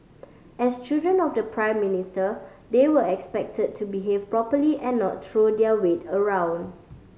as children of the Prime Minister they were expected to behave properly and not throw their weight around